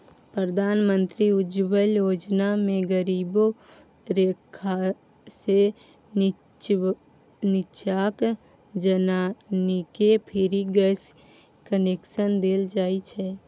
प्रधानमंत्री उज्जवला योजना मे गरीबी रेखासँ नीच्चाक जनानीकेँ फ्री गैस कनेक्शन देल जाइ छै